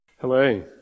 Hello